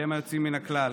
שהם היוצאים מן הכלל,